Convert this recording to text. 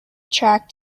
track